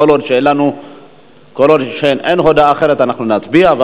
כל עוד אין הודעה אחרת אנחנו נצביע.